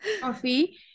coffee